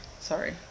Sorry